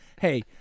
hey